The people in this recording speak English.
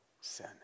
sin